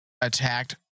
attacked